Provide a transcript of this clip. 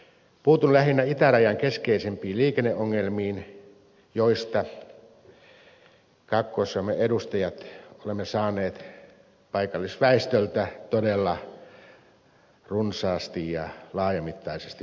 puutun lähinnä itärajan keskeisimpiin liikenneongelmiin joista me kaakkois suomen edustajat olemme saaneet paikallisväestöltä todella runsaasti ja laajamittaisesti palautetta